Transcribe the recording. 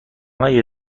های